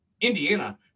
Indiana